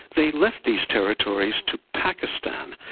they left these territories to pakistan,